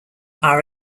are